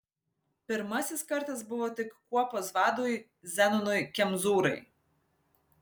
pirmasis kartas buvo tik kuopos vadui zenonui kemzūrai